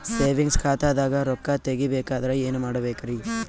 Savings ಖಾತಾದಾಗ ರೊಕ್ಕ ತೇಗಿ ಬೇಕಾದರ ಏನ ಮಾಡಬೇಕರಿ?